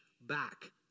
back